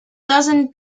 dozen